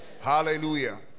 Hallelujah